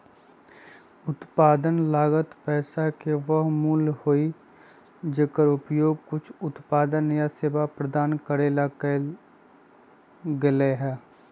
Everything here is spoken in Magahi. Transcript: उत्पादन लागत पैसा के वह मूल्य हई जेकर उपयोग कुछ उत्पादन या सेवा प्रदान करे ला कइल गयले है